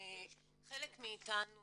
חלק מאתנו